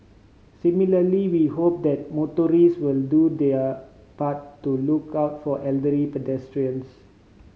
similarly we hope that motorist will do their part to look out for elderly pedestrians